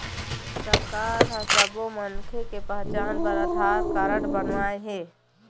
सरकार ह सब्बो मनखे के पहचान बर आधार कारड बनवाए हे